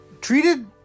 treated